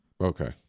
Okay